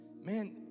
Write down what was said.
man